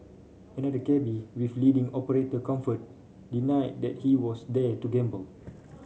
another cabby with leading operator comfort denied that he was there to gamble